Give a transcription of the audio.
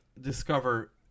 discover